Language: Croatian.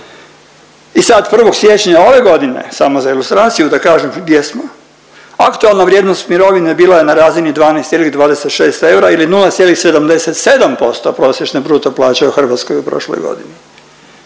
I sad 1. siječnja ove godine, samo za ilustraciju da kažem gdje smo, aktualna vrijednost mirovine bila je na razini 12,26 eura ili 0,77% prosječne bruto plaće u Hrvatskoj u prošloj godini.